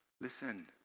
Listen